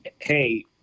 hey